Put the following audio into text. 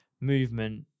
movement